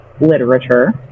literature